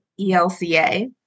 ELCA